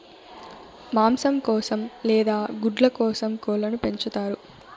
మాంసం కోసం లేదా గుడ్ల కోసం కోళ్ళను పెంచుతారు